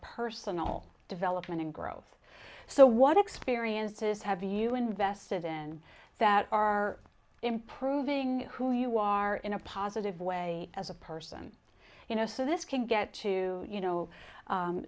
personal development and growth so what experiences have you invested in that are improving who you are in a positive way as a person you know so this can get to you know